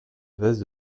veste